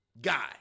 Guy